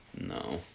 No